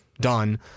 Done